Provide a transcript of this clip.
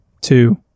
two